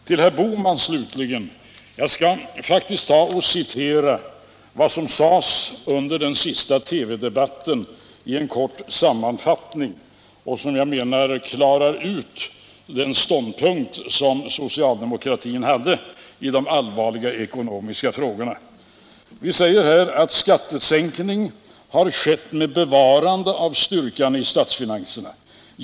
Till herr Bohman slutligen: Jag skall faktiskt återge i en kort sammanfattning vad som sades i den sista TV-debatten, vilket jag menar klarar ut den ståndpunkt som socialdemokratin hade i de allvarliga ekonomiska frågorna. Vi sade då följande: Skattesänkning har skett med bevarande av styrkan i statsfinanserna.